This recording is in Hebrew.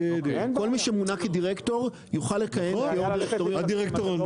כל מי שמונה כדירקטור יוכל לכהן כיו"ר דירקטוריון.